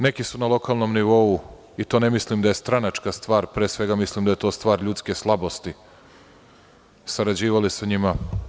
Neki su na lokalnom nivou, i to ne mislim da je stranačka stvar, pre svega mislim da je to stvar ljudske slabosti, sarađivali sa njima.